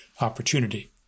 opportunity